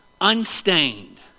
Unstained